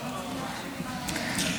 בבקשה.